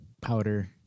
powder